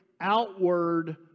outward